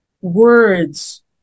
words